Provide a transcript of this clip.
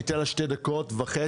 ניתן לה שתי דקות וחצי.